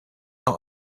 not